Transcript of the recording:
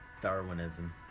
darwinism